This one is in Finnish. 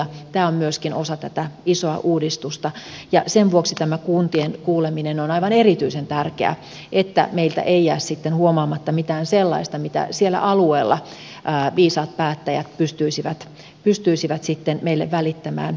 tämä on myöskin osa tätä isoa uudistusta ja sen vuoksi tämä kuntien kuuleminen on aivan erityisen tärkeää että meiltä ei jää sitten huomaamatta mitään sellaista mitä siellä alueella viisaat päättäjät pystyisivät sitten meille välittämään muuten